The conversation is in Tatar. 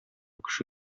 кеше